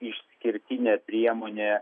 išskirtinė priemonė